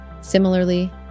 Similarly